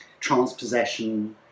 transpossession